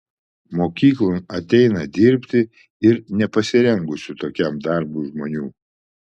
mokyklon ateina dirbti ir nepasirengusių tokiam darbui žmonių